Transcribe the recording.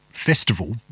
festival